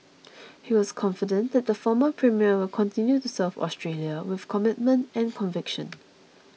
he was confident that the former premier will continue to serve Australia with commitment and conviction